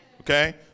Okay